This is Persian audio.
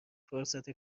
فرصت